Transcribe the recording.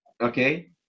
Okay